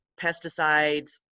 pesticides